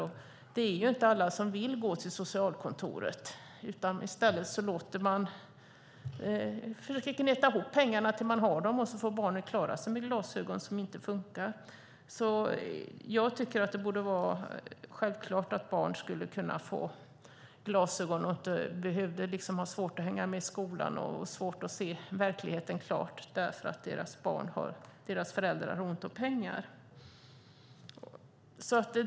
Alla vill ju inte heller gå till socialkontoret. I stället försöker man gneta ihop pengarna tills man har dem, och barnet får klara sig med glasögon som inte funkar. Jag tycker att det borde vara självklart att barn skulle kunna få glasögon och inte behöva ha svårt att hänga med i skolan och svårt att se verkligheten klart därför att deras föräldrar har ont om pengar.